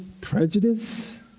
prejudice